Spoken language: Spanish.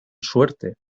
suerte